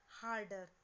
harder